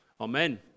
Amen